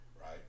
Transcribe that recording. right